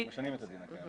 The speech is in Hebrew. משנים את הדין הקיים.